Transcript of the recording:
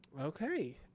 Okay